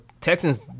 Texans